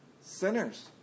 sinners